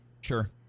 Sure